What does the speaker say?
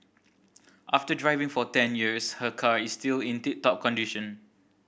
after driving for ten years her car is still in tip top condition